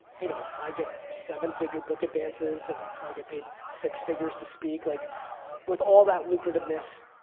you know i get seven figure book advances, and i get paid six figures to speak. like with all that lucrativeness,